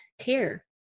care